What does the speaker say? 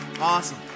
Awesome